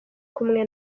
kumwe